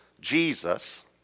Jesus